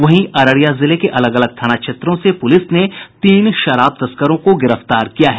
वहीं अररिया जिले के अलग अलग थाना क्षेत्रों से पुलिस ने तीन शराब तस्करों को गिरफ्तार किया है